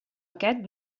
aquest